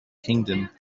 kingdom